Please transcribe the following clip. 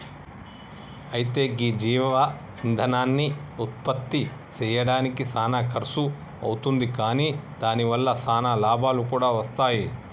అయితే గీ జీవ ఇందనాన్ని ఉత్పప్తి సెయ్యడానికి సానా ఖర్సు అవుతుంది కాని దాని వల్ల సానా లాభాలు కూడా వస్తాయి